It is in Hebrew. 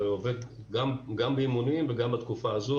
עובד גם באימונים וגם בתקופה הזאת.